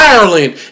Ireland